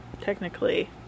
technically